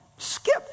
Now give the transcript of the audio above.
Skip